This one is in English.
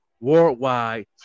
worldwide